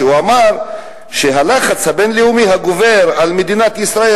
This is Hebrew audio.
אמר שהלחץ הבין-לאומי הגובר על מדינת ישראל,